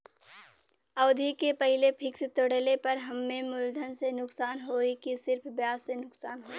अवधि के पहिले फिक्स तोड़ले पर हम्मे मुलधन से नुकसान होयी की सिर्फ ब्याज से नुकसान होयी?